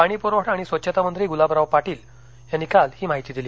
पाणीपुरवठा आणि स्वच्छता मंत्री गुलाबराव पाटील यांनी काल ही माहिती दिली